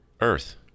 Earth